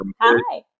Hi